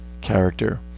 character